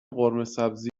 قرمهسبزی